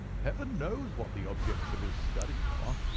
heaven knows what the objects of his studies are.